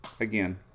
again